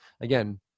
Again